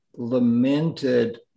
lamented